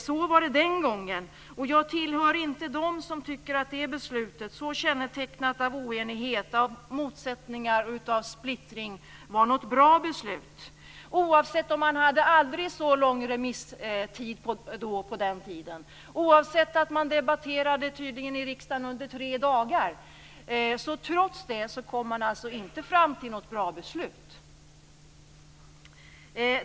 Så var det den gången, och jag tillhör inte dem som tycker att det beslutet, så kännetecknat av oenighet, motsättningar och splittring, var ett bra beslut. Trots att man hade en mycket lång remisstid och tydligen debatterade under tre dagar i riksdagen, kom man inte fram till något bra beslut.